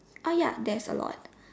uh ya that's a lot